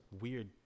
weird